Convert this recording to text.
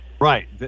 Right